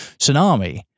Tsunami